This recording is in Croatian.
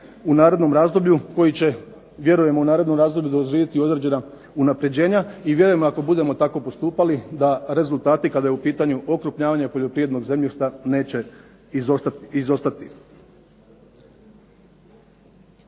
u narednom razdoblju koji će, vjerujemo u narednom razdoblju …/Govornik se ne razumije./… određena unapređenja i vjerujemo ako budemo tako postupali da rezultati kada je u pitanju okrupnjavanje poljoprivrednog zemljišta neće izostati.